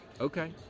Okay